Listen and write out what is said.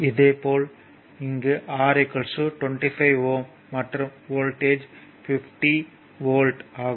இதேபோல் இங்கு R 25 Ω மற்றும் வோல்ட்டேஜ் 50 வோல்ட் ஆகும்